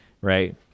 right